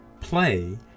play